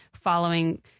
following